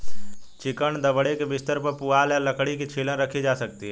chicken दड़बे के बिस्तर पर पुआल या लकड़ी की छीलन रखी जा सकती है